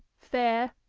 fair,